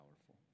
powerful